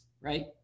right